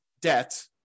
debt